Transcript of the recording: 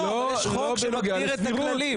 יש חוק שמגדיר את הכללים.